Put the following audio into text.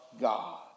God